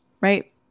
Right